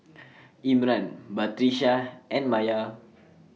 Imran Batrisya and Maya